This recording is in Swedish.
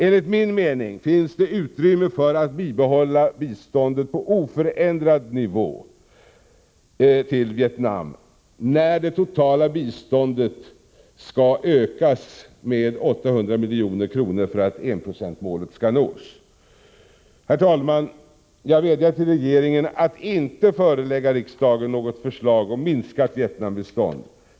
Enligt min mening finns det utrymme för att bibehålla biståndet till Vietnam på oförändrad nivå när det totala biståndsanslaget skall ökas med 800 milj.kr. för att enprocentsmålet skall nås. Herr talman! Jag vädjar till regeringen att inte förelägga riksdagen något förslag om minskat Vietnambistånd.